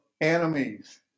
enemies